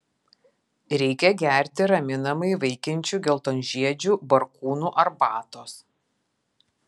reikia gerti raminamai veikiančių geltonžiedžių barkūnų arbatos